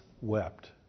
wept